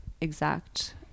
exact